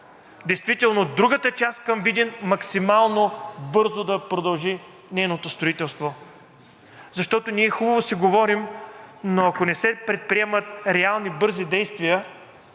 възможно другата част към Видин максимално бързо да продължи строителството, защото ние хубаво си говорим, но ако не се предприемат реални бързи действия,